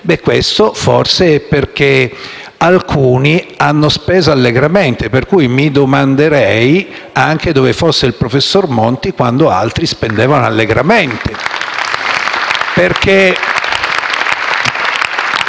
questo forse è perché alcuni hanno speso allegramente. Pertanto, mi domanderei anche dove fosse il professor Monti quando altri spendevano allegramente.